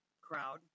crowd